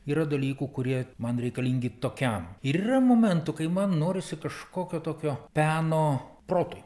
yra dalykų kurie man reikalingi tokiam ir yra momentų kai man norisi kažkokio tokio peno protui